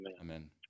Amen